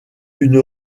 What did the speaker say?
une